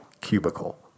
Cubicle